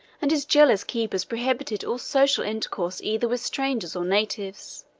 and his jealous keepers prohibited all social intercourse either with strangers or natives.